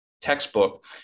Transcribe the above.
textbook